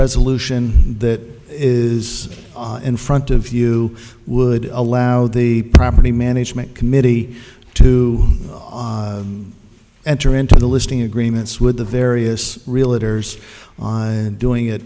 resolution that is in front of you would allow the property management committee to enter into the listing agreements with the various religious on doing it